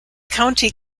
county